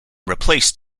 replaced